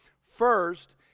First